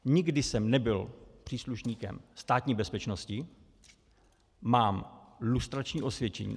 Nikdy jsem nebyl příslušníkem Státní bezpečnosti, mám lustrační osvědčení.